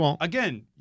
Again